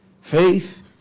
Faith